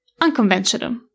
unconventional